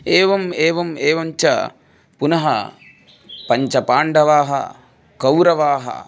एवम् एवम् एवञ्च पुनः पञ्च पाण्डवाः कौरवाः